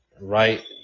Right